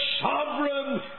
sovereign